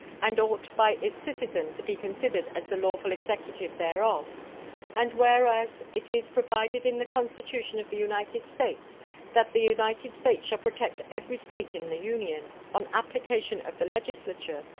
and ought by its citizens to be considered as the lawful executive thereof and whereas it is provided in the constitution of the united states that the united states shall protect every state in the union, on application of the legislature,